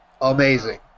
amazing